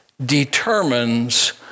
determines